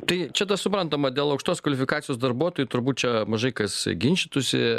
tai čia suprantama dėl aukštos kvalifikacijos darbuotojų turbūt čia mažai kas ginčytųsi